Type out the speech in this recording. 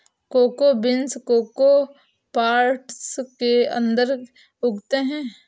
cocoa beans cocoa pods के अंदर उगते हैं